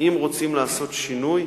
אם רוצים להשיג שינוי,